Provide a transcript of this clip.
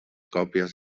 còpies